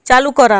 চালু করা